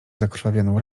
zakrwawioną